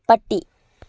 പട്ടി